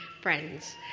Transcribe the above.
friends